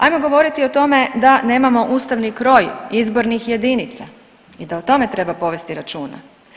Ajmo govoriti o tome da nemamo ustavni kroj izbornih jedinica i da o tome treba povesti računa.